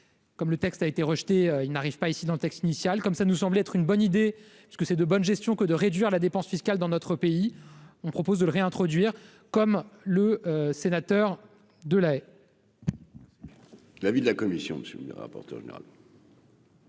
Comme le texte a été rejetée, il n'arrive pas ici dans le texte initial comme ça nous semble être une bonne idée parce que c'est de bonne gestion que de réduire la dépense fiscale dans notre pays, on propose de réintroduire, comme le sénateur de l'lait. L'avis de la commission de suivi rapporteur général.